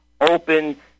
open